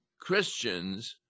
Christians